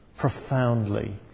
profoundly